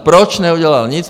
Proč neudělala nic?